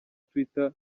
twitter